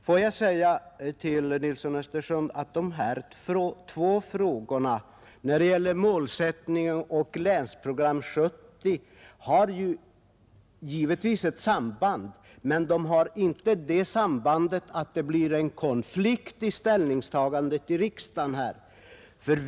Dessa två frågor om målsättningen för regionalpolitiken och om Länsprogram 1970 har givetvis ett samband, men sambandet är inte sådant att det uppstår en konflikt vid vårt ställningstagande här i riksdagen.